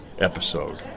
episode